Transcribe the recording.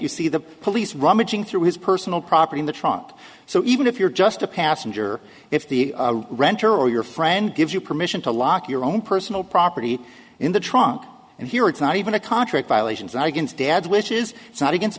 you see the police rummaging through his personal property in the trunk up so even if you're just a passenger if the renter or your friend gives you permission to lock your own personal property in the trunk and here it's not even a contract violations and against dad's wishes it's not against